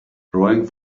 drawing